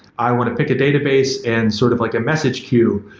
i want to pick a database and sort of like a message queue.